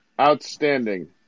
outstanding